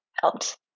helped